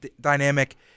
dynamic